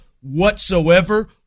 whatsoever